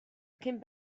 cyn